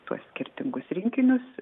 tuos skirtingus rinkinius